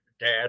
dad